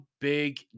big